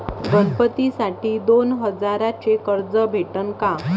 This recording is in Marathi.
गणपतीसाठी दोन हजाराचे कर्ज भेटन का?